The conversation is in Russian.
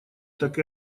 так